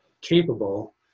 capable